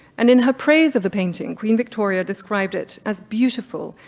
and in her praise of the painting, queen victoria described it as beautiful,